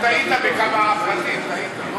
וגם טעית בכמה פרטים.